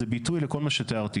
זה ביטוי לכל מה שתיארתי.